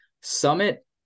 Summit